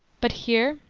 but here,